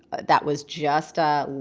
that was just a.